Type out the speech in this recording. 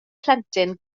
plentyn